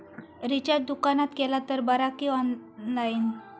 Recharge दुकानात केला तर बरा की ऑनलाइन?